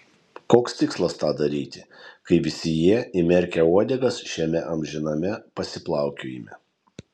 koks tikslas tą daryti kai visi jie įmerkę uodegas šiame amžiname pasiplaukiojime